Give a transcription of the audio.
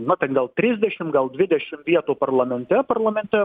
na ten gal trisdešim gal dvidešim vietų parlamente parlamentem